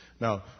Now